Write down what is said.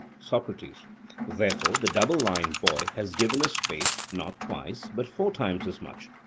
socrates therefore the double line, boy, has given a space, not twice, but four times as much.